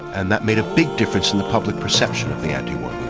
and that made a big difference in the public perception of the anti-war